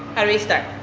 i'll restart.